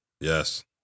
Yes